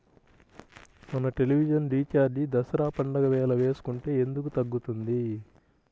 మన television recharge Dasara పండగ వేళ వేసుకుంటే ఎందుకు తగ్గుతుంది?